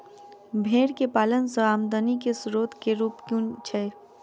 भेंर केँ पालन सँ आमदनी केँ स्रोत केँ रूप कुन छैय?